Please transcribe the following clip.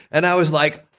and i was like,